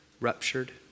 ruptured